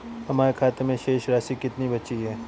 हमारे खाते में शेष राशि कितनी बची है?